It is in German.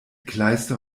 kleister